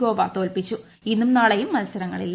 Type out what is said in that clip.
ഗോവ തോൽപ്പിച്ചു ഇ്ന്നും നാളെയും മത്സരങ്ങളില്ല